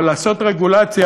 אבל לעשות רגולציה,